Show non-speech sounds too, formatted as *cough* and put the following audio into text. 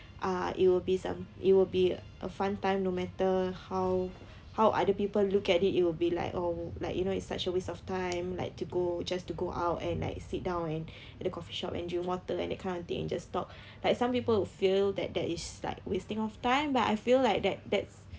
uh it will be some it will be a fun time no matter how how other people look at it it will be like oh like you know it's such a waste of time like to go just to go out and like sit down and *breath* at the coffee shop and doing nothing and that kind of thing just talk like some people feel that that is like wasting of time but I feel like that that's